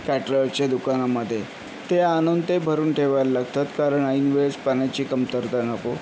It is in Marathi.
कॅटररच्या दुकानामध्ये ते आणून ते भरून ठेवायला लागतात कारण ऐनवेळेस पाण्याची कमतरता नको